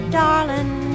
darling